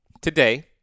today